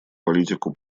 политику